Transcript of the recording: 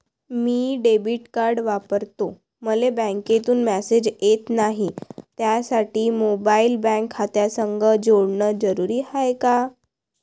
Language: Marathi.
मी डेबिट कार्ड वापरतो मले बँकेतून मॅसेज येत नाही, त्यासाठी मोबाईल बँक खात्यासंग जोडनं जरुरी हाय का?